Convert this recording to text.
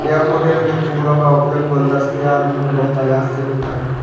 daffodil के फूलों का उपयोग गुलदस्ते आदि में बहुतायत से होता है